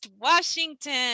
Washington